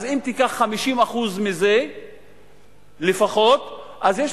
אז אם תיקח מזה לפחות 50%,